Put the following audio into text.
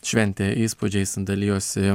šventę įspūdžiais dalijosi